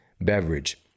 beverage